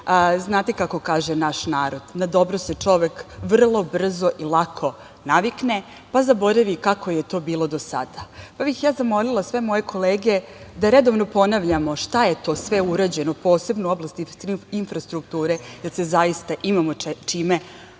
Znate kako kaže naš narod – na dobro se čovek vrlo brzo i lako navikne, pa zaboravi kako je to bilo do sada. Zamolila bih sve moje kolege da redovno ponavljamo šta je to sve urađeno, posebno u oblasti infrastrukture, jer se zaista imamo čime pohvaliti,